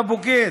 לבוגד.